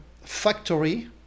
factory